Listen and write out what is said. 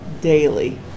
daily